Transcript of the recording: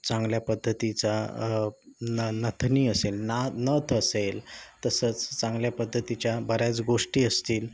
चांगल्या पद्धतीचा नथनी असेल ना नथ असेल तसंच चांगल्या पद्धतीच्या बऱ्याच गोष्टी असतील